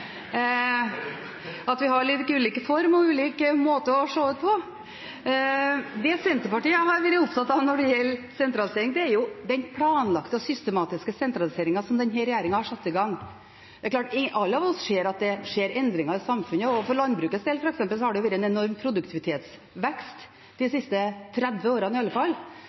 at vi har litt ulik form og litt ulik måte å se ut på. Det Senterpartiet har vært opptatt av når det gjelder sentralisering, er den planlagte og systematiske sentraliseringen som denne regjeringen har satt i gang. Det er klart vi alle ser at det skjer endringer i samfunnet. For eksempel har det for landbrukets del vært en enorm produktivitetsvekst de siste 30 årene i alle fall,